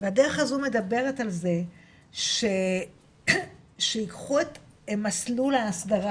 והדרך הזו מדברת על זה שייקחו את מסלול ההסדרה,